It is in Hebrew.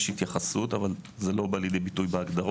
יש התייחסות, אבל זה לא בא לידי ביטוי בהגדרות.